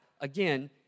again